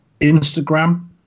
Instagram